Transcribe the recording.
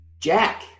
Jack